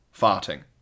farting